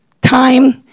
time